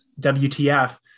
WTF